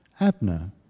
Abner